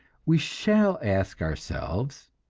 we shall ask ourselves,